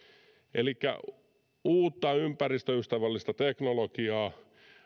elikkä uutta ympäristöystävällistä teknologiaa